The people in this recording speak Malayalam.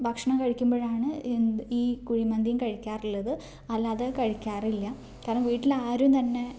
ഭക്ഷണം കഴിക്കുമ്പോഴാണ് എന്ത് ഈ കുഴിമന്തിയും കഴിക്കാറുള്ളത് അല്ലാതെ കഴിക്കാറില്ല കാരണം വീട്ടിൽ ആരും തന്നെ